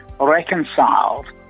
reconciled